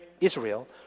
Israel